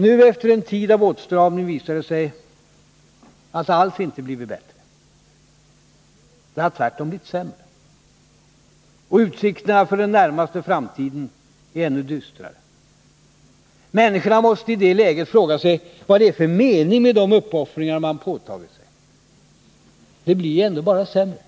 Nu, efter en tid av åtstramning, visar det sig att det alls icke blivit bättre. Det har tvärtom blivit sämre. Och utsikterna för den närmaste framtiden är ännu dystrare. Människorna måste i det läget fråga sig vad det är för mening med de uppoffringar som de påtagit sig. Det blir ju ändå bara sämre.